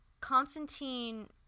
Constantine